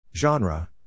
Genre